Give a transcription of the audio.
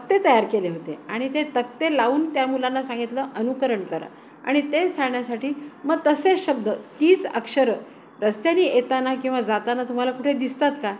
तक्ते तयार केले होते आणि ते तक्ते लावून त्या मुलांना सांगितलं अनुकरण करा आणि ते सांगण्यासाठी मग तसेच शब्द तीच अक्षर रस्त्यानी येताना किंवा जाताना तुम्हाला कुठे दिसतात का